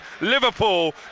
Liverpool